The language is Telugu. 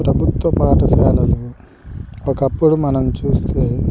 ప్రభుత్వ పాఠశాలలో ఒకప్పుడు మనం చూస్తే